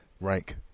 Rank